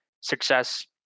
success